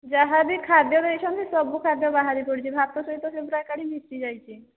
ଯାହାବି ଖାଦ୍ୟ ଦେଇଛନ୍ତି ସବୁ ଖାଦ୍ୟ ବାହାରି ପଡ଼ିଛି ଭାତ ସହିତ ସେ ପୁରା ଏକାଠି ମିଶି ଯାଇଛି